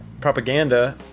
propaganda